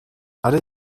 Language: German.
alle